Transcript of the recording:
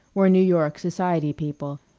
were new york society people,